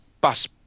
bus